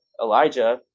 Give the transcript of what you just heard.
Elijah